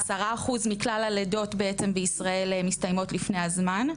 10% מכלל הלידות בעצם בישראל מסתיימות לפני הזמן,